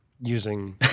using